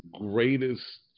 greatest